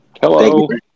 Hello